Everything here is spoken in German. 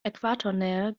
äquatornähe